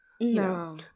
No